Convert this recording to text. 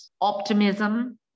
Optimism